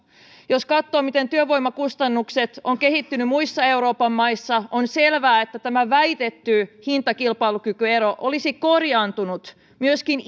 jos katsoo miten työvoimakustannukset ovat kehittyneet muissa euroopan maissa on selvää että tämä väitetty hintakilpailukykyero olisi korjaantunut myöskin